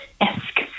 esque